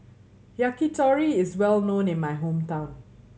yakitori is well known in my hometown